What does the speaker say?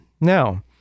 now